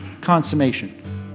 consummation